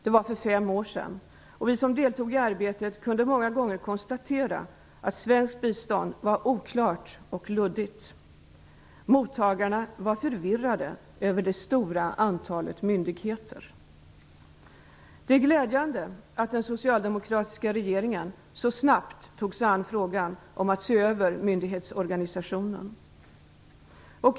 Det var för fem år sedan. Vi som deltog i arbetet kunde många gånger konstatera att svenskt bistånd var oklart och luddigt. Mottagarna var förvirrade över det stora antalet myndigheter. Det är glädjande att den socialdemokratiska regeringen så snabbt tog sig an frågan om att se över myndighetsorganisationen.